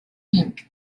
inc